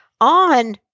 on